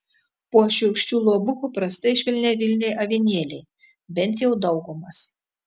po šiurkščiu luobu paprastai švelniavilniai avinėliai bent jau daugumas